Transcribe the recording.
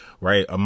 right